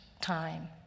time